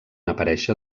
aparèixer